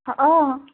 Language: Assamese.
অঁ